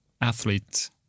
athlete